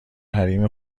حریم